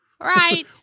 Right